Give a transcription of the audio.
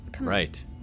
Right